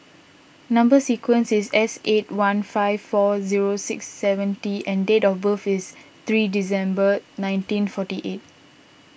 Number Sequence is S eight one five four zero six seven T and date of birth is three December nineteen forty eight